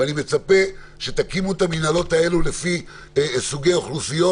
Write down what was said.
ואני מצפה שתקימו את המינהלות האלו לפי סוגי אוכלוסיות,